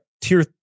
tier